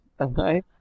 Okay